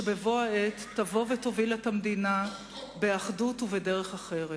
שבבוא העת תבוא ותוביל את המדינה באחדות ובדרך אחרת.